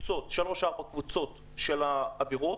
שלוש-ארבע קבוצות של עבירות,